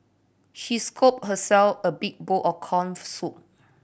she scooped herself a big bowl of corn soup